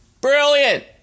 brilliant